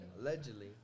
Allegedly